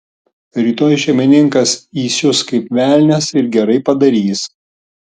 rytoj šeimininkas įsius kaip velnias ir gerai padarys